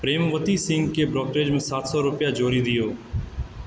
प्रेमवती सिंहके ब्रोकेज मे सात सए रुपया जोड़ि दियौ